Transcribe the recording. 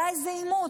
היה איזה עימות,